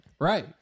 Right